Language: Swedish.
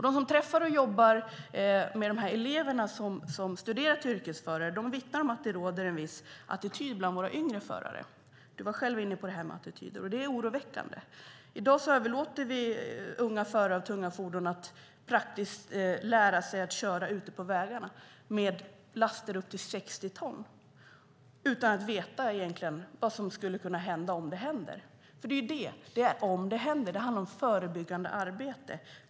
Dem man träffar som jobbar med de elever som studerar till yrkesförare vittnar om att det råder en viss attityd bland våra yngre förare. Du var själv inne på attityderna. Det är oroväckande. I dag överlåter vi åt unga förare med tunga fordon att praktiskt lära sig att köra ute på vägarna med laster på upp till 60 ton, utan att de egentligen vet vad som skulle hända om det händer. Det är ju det - om det händer. Det handlar om förebyggande arbete.